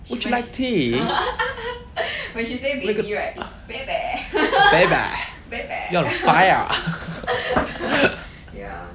would you like tea like a baby you're on fire